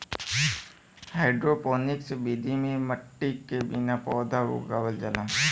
hydroponics विधि में मट्टी के बिना पौधा उगावल जाला